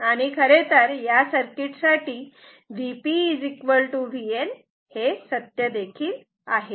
खरे तर या सर्किट साठी Vp Vn हे सत्य आहे